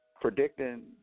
Predicting